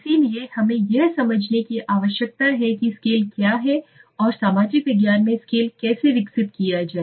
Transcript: इसलिए हमें यह समझने की आवश्यकता है कि स्केल क्या है और सामाजिक विज्ञान में स्केल कैसे विकसित किया जाए